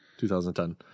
2010